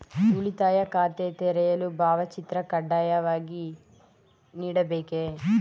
ಉಳಿತಾಯ ಖಾತೆ ತೆರೆಯಲು ಭಾವಚಿತ್ರ ಕಡ್ಡಾಯವಾಗಿ ನೀಡಬೇಕೇ?